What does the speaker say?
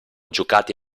giocati